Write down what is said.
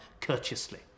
courteously